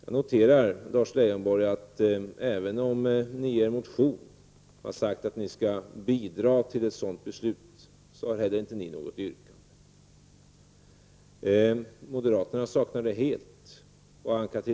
Lars Leijonborg, jag noterar att även om ni i er motion har sagt att ni skall medverka till ett sådant beslut, har ni inte framställt något yrkande. Moderaterna har över huvud taget inte framställt några yrkanden.